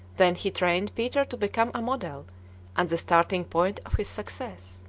then he trained peter to become a model and the starting-point of his success.